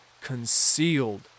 concealed